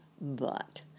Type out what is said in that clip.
But